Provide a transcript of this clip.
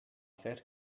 fer